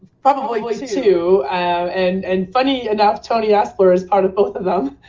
probably was two and and funny enough, tony aspler is part of both of them.